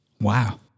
Wow